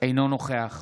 אינו נוכח